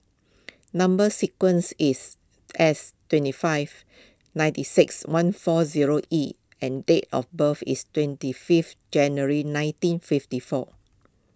Number Sequence is S twenty five ninety six one four zero E and date of birth is twenty fifth January nineteen fifty four